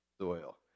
soil